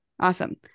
awesome